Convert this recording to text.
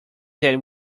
that